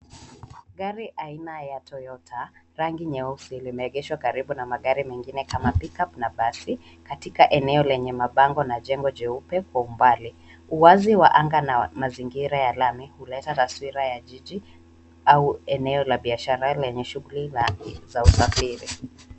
Gari aina ya Toyota; rangi nyeusi limeegeshwa karibu na magari mengine kama pickup na basi katika eneo lenye mabango na jengo jeupe kwa umbali. Uwazi wa anga na wa mazingira ya lami huleta taswira ya jiji au eneo la biashara lenye shughuli zake za usafiri.